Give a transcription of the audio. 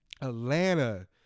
Atlanta